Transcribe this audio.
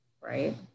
Right